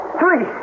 three